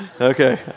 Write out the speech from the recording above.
Okay